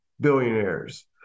billionaires